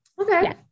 okay